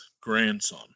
grandson